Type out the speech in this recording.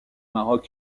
maroc